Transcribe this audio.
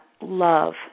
love